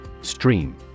Stream